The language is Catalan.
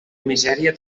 misèria